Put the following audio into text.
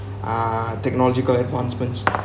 uh technological advancements